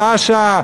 שעה-שעה,